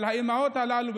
אבל האימהות הללו,